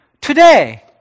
Today